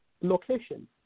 location